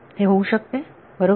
हे होऊ शकते बरोबर